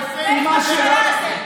אתם פייק חברי כנסת.